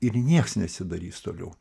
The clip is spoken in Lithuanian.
ir nieks nesidarys toliau